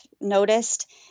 noticed